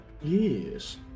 Yes